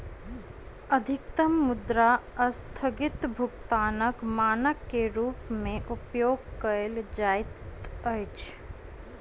अधिकतम मुद्रा अस्थगित भुगतानक मानक के रूप में उपयोग कयल जाइत अछि